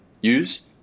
use